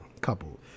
couple